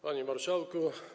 Panie Marszałku!